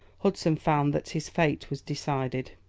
hudson found that his fate was decided.